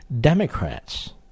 Democrats